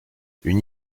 une